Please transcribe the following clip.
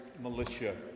militia